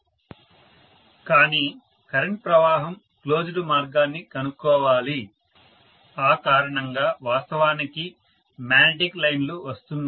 professor కానీ current ప్రవాహం closed మార్గాన్ని కనుగొనాలి ఆ కారణంగా వాస్తవానికి మ్యాగ్నెటిక్ లైన్ లు వస్తున్నాయి